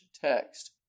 text